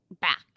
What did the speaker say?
back